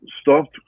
stopped